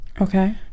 Okay